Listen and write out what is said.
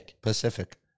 Pacific